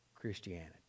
Christianity